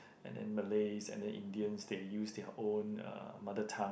and then Malays and then Indians they use their own uh mother tongue